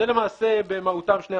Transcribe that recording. זה למעשה שני הסעיפים במהותם.